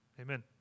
Amen